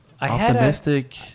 optimistic